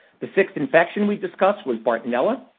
the sixth infection we discussed was bartonella.